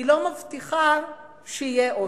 היא לא מבטיחה שיהיה אושר.